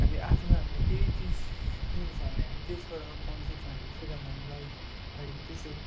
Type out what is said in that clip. हामी आफ्नो हामीलाई केही चिज किन्दैछौँ भने हामी त्यसबाट पाउन सक्छ हामी सेकेन्ड ह्यान्ड बाइक गाडी त्यसो